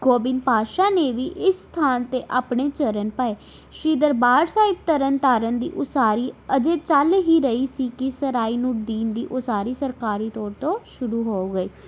ਗੋਬਿੰਦ ਪਾਤਸ਼ਾਹ ਨੇ ਵੀ ਇਸ ਸਥਾਨ 'ਤੇ ਆਪਣੇ ਚਰਨ ਪਾਏ ਸ਼੍ਰੀ ਦਰਬਾਰ ਸਾਹਿਬ ਤਰਨ ਤਾਰਨ ਦੀ ਉਸਾਰੀ ਅਜੇ ਚੱਲ ਹੀ ਰਹੀ ਸੀ ਕਿ ਸਰਾਏ ਨੂੰ ਦੀਨ ਦੀ ਉਸਾਰੀ ਸਰਕਾਰੀ ਤੌਰ ਤੋਂ ਸ਼ੁਰੂ ਹੋ ਗਈ